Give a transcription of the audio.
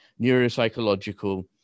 neuropsychological